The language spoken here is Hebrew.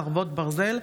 חרבות ברזל),